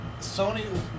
Sony